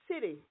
city